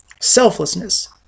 Selflessness